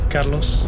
Carlos